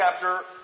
chapter